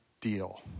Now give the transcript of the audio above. deal